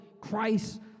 Christ